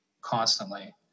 constantly